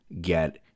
get